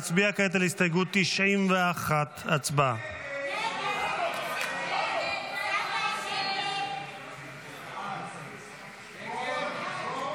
נצביע כעת על הסתייגות 91. הצבעה.